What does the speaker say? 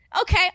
Okay